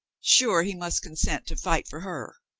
sure he must consent to fight for her.